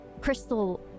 crystal